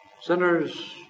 Sinners